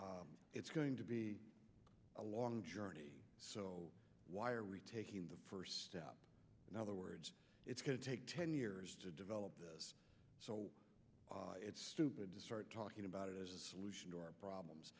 it's going to be a long journey so why are we taking the first step in other words it's going to take ten years to develop this so it's stupid to start talking about it as a solution to our problems